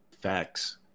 facts